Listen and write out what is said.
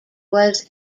was